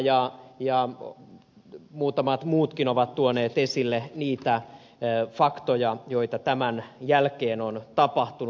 rajala ja muutamat muutkin ovat tuoneet esille niitä faktoja joita tämän jälkeen on tapahtunut